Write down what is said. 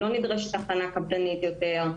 לא נדרשת הכנה קפדנית יותר,